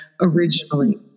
originally